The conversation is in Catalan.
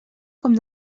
com